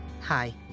Hi